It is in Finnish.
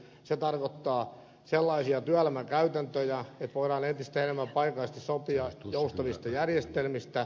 se tarkoittaa sellaisia työelämän käytäntöjä että voidaan entistä enemmän paikallisesti sopia joustavista järjestelmistä